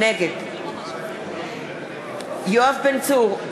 נגד יואב בן צור,